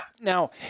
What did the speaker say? Now